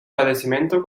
padecimiento